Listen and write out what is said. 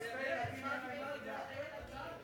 כספי ילדים, אין עליהם מחילה.